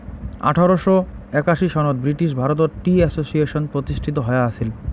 আঠারোশ একাশি সনত ব্রিটিশ ভারতত টি অ্যাসোসিয়েশন প্রতিষ্ঠিত হয়া আছিল